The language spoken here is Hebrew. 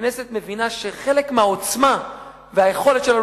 כנסת שמבינה שחלק מהעוצמה והיכולת שלנו